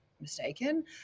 mistaken